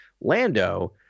lando